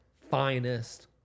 Finest